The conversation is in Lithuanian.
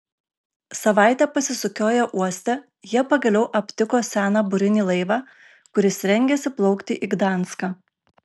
savaitę pasisukioję uoste jie pagaliau aptiko seną burinį laivą kuris rengėsi plaukti į gdanską